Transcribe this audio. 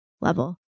level